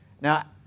Now